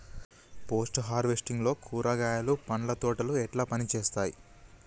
Post harvesting లో కూరగాయలు పండ్ల తోటలు ఎట్లా పనిచేత్తనయ్?